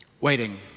Waiting